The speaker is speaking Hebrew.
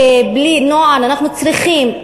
אנחנו צריכים,